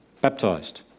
baptized